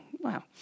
Wow